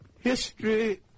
History